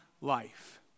life